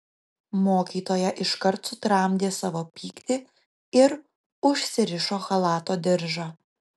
mokytoja iškart sutramdė savo pyktį ir užsirišo chalato diržą